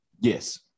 yes